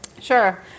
Sure